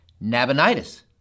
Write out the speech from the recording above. Nabonidus